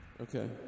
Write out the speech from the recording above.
Okay